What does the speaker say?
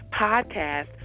podcast